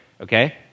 Okay